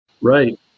Right